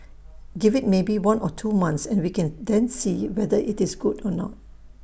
give IT maybe one or two months and we can then see whether IT is good or not